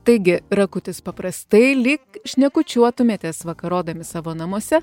taigi rakutis paprastai lyg šnekučiuotumėtės vakarodami savo namuose